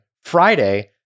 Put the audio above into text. friday